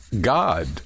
God